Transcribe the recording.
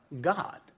God